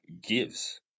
gives